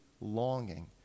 longing